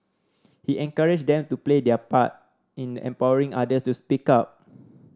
he encouraged them to play their part in empowering others to speak up